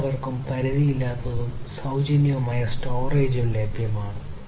എല്ലാവർക്കും പരിധിയില്ലാത്തതും സൌജന്യവുമായ സ്റ്റോറേജ് ലഭ്യമാണ്